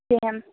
کَہیٖن